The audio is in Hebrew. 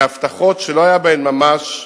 הבטחות שלא היה בהן ממש,